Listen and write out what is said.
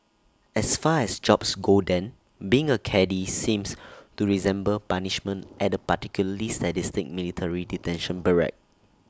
as far as jobs go then being A caddie seems to resemble punishment at A particularly sadistic military detention barrack